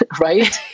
right